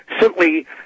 simply